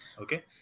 Okay